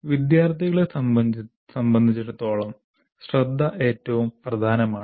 വിദ്യാർത്ഥികളെ സംബന്ധിച്ചിടത്തോളം ശ്രദ്ധ ഏറ്റവും പ്രധാനമാണ്